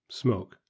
Smoke